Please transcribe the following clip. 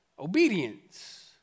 obedience